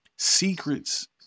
secrets